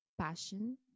passion